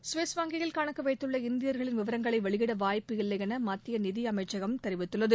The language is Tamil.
ஸ்விஸ் வங்கியில் கணக்கு வைத்துள்ள இந்தியர்களின் விவரங்களை வெளியிட வாய்ப்பில்லை என மத்திய நிதி அமைச்சகம் தெரிவித்துள்ளது